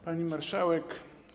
Pani Marszałek!